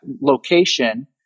location